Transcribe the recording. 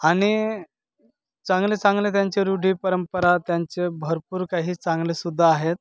आणि चांगले चांगले त्यांचे रूढी परंपरा त्यांचे भरपूर काही चांगलेसुद्धा आहेत